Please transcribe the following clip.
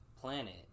planet